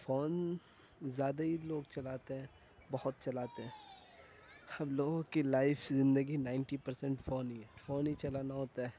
phone زیادہ ہی لوگ چلاتے ہیں بہت چلاتے ہیں ہم لوگوں کی لائف زندگی نائنٹی پرسینٹ فون ہی ہے فون ہی چلانا ہوتا ہے